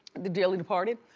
the dearly departed,